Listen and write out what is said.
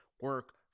Work